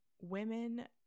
women